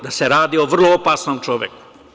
Da se radi o vrlo opasnom čoveku.